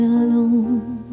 alone